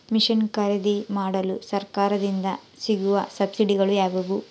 Mission ಖರೇದಿಮಾಡಲು ಸರಕಾರದಿಂದ ಸಿಗುವ ಸಬ್ಸಿಡಿಗಳು ಯಾವುವು?